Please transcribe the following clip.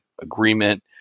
agreement